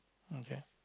okay